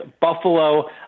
Buffalo